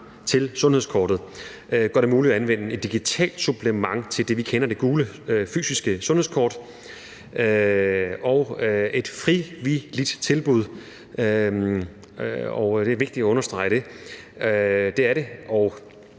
til sundhedskortet, gør det muligt at anvende et digitalt supplement til det gule fysiske sundhedskort, vi kender, og er et frivilligt tilbud – og det er vigtigt at understrege det. Man kan vel